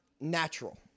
natural